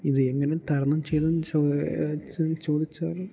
ഇത് എങ്ങനെ തരണം ചെയ്തെന്നു ചോദിച്ചാൽ